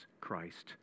Christ